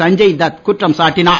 சஞ்சய் தத் குற்றம் சாட்டினார்